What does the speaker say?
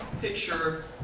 picture